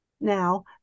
now